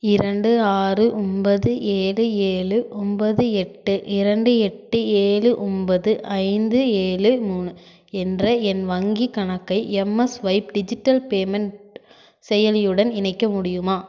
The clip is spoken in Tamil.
இரண்டு ஆறு ஒன்பது ஏழு ஏழு ஒன்பது எட்டு இரண்டு எட்டு ஏழு ஒன்பது ஐந்து ஏழு மூணு என்ற என் வங்கிக் கணக்கை எம்எஸ்ஸ்வைப் டிஜிட்டல் பேமெண்ட் செயலியுடன் இணைக்க முடியுமா